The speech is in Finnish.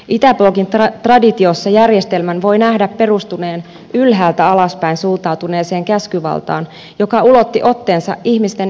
itäblokin traditiossa järjestelmän voi nähdä perustuneen ylhäältä alaspäin suuntautuneeseen käskyvaltaan joka ulotti otteensa ihmisten yksityiselämään asti